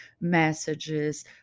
messages